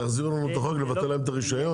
תחזיר לנו את החוק לבטל להם את הרישיון?